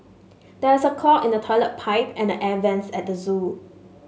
there is a clog in the toilet pipe and the air vents at the zoo